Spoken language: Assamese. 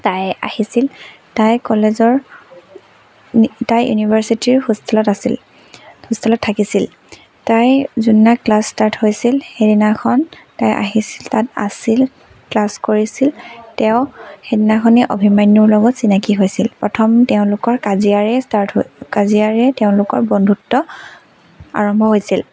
তাই আহিছিল তাই কলেজৰ তাই ইউনিভাৰ্ছিটিৰ হোষ্টেলত আছিল হোষ্টেলত থাকিছিল তাই যোনদিনা ক্লাছ ষ্টাৰ্ট হৈছিল সেইদিনাখন তাই আহিছিল তাত আছিল ক্লাছ কৰিছিল তেওঁ সেইদিনাখনেই অভিমন্য়ূৰ লগত চিনাকী হৈছিল প্ৰথম তেওঁলোকৰ কাজিয়াৰে ষ্টাৰ্ট হ'ল কাজিয়াৰে তেওঁলোকৰ বন্ধুত্ব আৰম্ভ হৈছিল